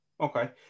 Okay